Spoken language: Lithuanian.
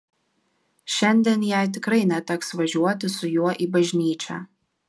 šiandien jai tikrai neteks važiuoti su juo į bažnyčią